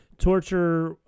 torture